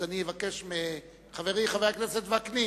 אז אני אבקש מחברי חבר הכנסת וקנין: